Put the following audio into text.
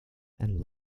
and